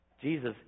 Jesus